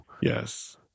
Yes